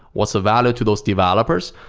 what's the value to those developers.